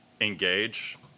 Engage